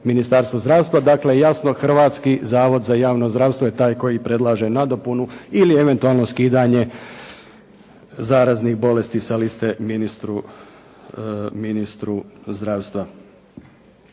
Ministarstvu zdravstva. Dakle, jasno Hrvatski zavod za javno zdravstvo je taj koji predlaže nadopunu ili eventualno skidanje zaraznih bolesti sa liste ministru zdravstva.